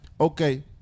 Okay